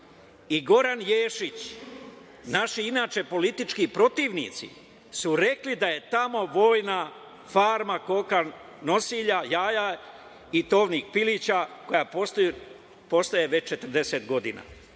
i Goran Ješić, naši inače politički protivnici, su rekli da je tamo vojna farma koka nosilja, jaja i tovnih pilića, koja postoji već 40 godina. Ova